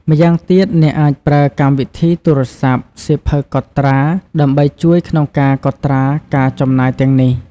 ម្យ៉ាងទៀត អ្នកអាចប្រើកម្មវិធីទូរស័ព្ទ សៀវភៅកត់ត្រា ដើម្បីជួយក្នុងការកត់ត្រាការចំណាយទាំងនេះ។